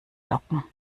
locken